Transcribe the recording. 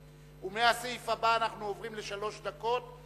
מהסעיף הבא אנחנו עוברים לשלוש דקות,